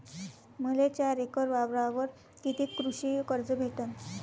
मले चार एकर वावरावर कितीक कृषी कर्ज भेटन?